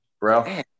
Bro